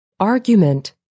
Argument